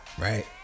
right